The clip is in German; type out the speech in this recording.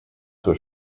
zur